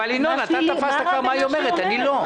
אבל ינון, אתה תפסת כבר מה היא אומרת, אני לא.